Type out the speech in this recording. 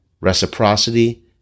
reciprocity